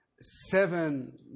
seven